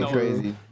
crazy